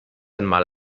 einmal